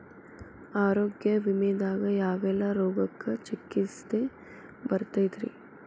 ಆರೋಗ್ಯ ವಿಮೆದಾಗ ಯಾವೆಲ್ಲ ರೋಗಕ್ಕ ಚಿಕಿತ್ಸಿ ಬರ್ತೈತ್ರಿ?